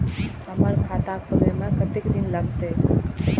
हमर खाता खोले में कतेक दिन लगते?